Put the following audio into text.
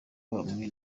bahamwe